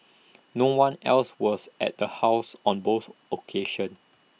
no one else was at the house on both occasions